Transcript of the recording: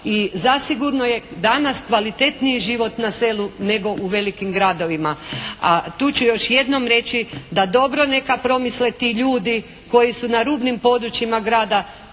I zasigurno je danas kvalitetniji život na selu nego u velikim gradovima. A tu ću još jednom reći da dobro neka promisle ti ljudi koji su na rubnim područjima grada,